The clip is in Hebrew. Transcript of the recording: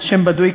שם בדוי,